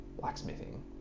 blacksmithing